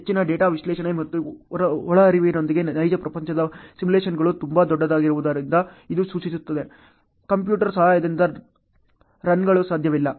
ಹೆಚ್ಚಿನ ಡೇಟಾ ವಿಶ್ಲೇಷಣೆ ಮತ್ತು ಒಳಹರಿವಿನೊಂದಿಗೆ ನೈಜ ಪ್ರಪಂಚದ ಸಿಮ್ಯುಲೇಶನ್ಗಳು ತುಂಬಾ ದೊಡ್ಡದಾಗಿರುವುದರಿಂದ ಇದು ಸೂಚಿಸುತ್ತದೆ ಕಂಪ್ಯೂಟರ್ ಸಹಾಯದಿಂದ ರನ್ಗಳು ಸಾಧ್ಯವಿಲ್ಲ